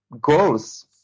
goals